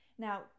Now